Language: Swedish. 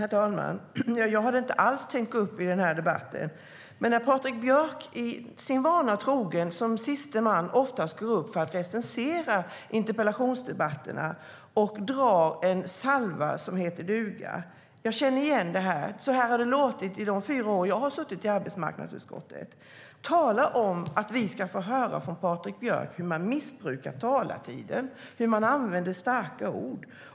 Herr talman! Jag hade inte alls tänkt gå upp i den här debatten, men jag gör det när Patrik Björck, sin vana trogen, som siste man går upp för att recensera interpellationsdebatten och drar en salva som heter duga. Jag känner igen det här. Så här har det låtit under de fyra år som jag har suttit i arbetsmarknadsutskottet. Tala om att vi ska få höra från Patrik Björck hur vi missbrukar talartiden och använder starka ord!